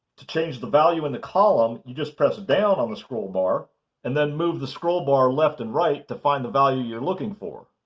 to change the value in the column, you just press down on the scroll bar and then move the scroll bar left and right to find the value you're looking for.